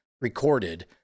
recorded